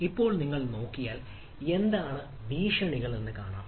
ഇപ്പോൾ നിങ്ങൾ നോക്കിയാൽ എന്താണ് ഭീഷണികൾ എന്നത് കാണാം